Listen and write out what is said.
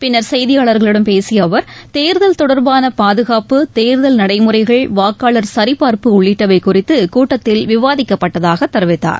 பின்னர் செய்தியாளர்களிடம் பேசிய அவர் தேர்தல் தொடர்பான பாதுகாப்பு தேர்தல் நடைமுறைகள் வாக்காளர் சரிபார்ப்பு உள்ளிட்டவை குறித்து கூட்டத்தில் விவாதிக்கப்பட்டதாக கெரிவிக்கார்